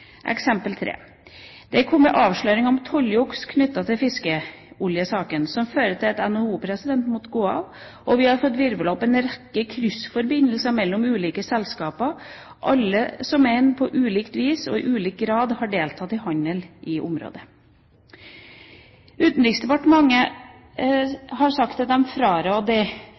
Eksempel 3: Det kom avsløringer om tolljuks knyttet til fiskeoljesaken, som førte til at NHO-presidenten måtte gå av, og vi har fått virvlet opp en rekke kryssforbindelser mellom ulike selskaper, som alle som en, på ulikt vis og i ulik grad, har deltatt i handel i området. Utenriksdepartementet